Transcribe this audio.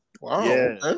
Wow